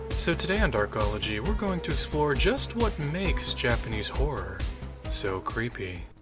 so today on darkology, we're going to explore just what makes japanese horror so creepy.